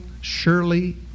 surely